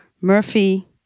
Murphy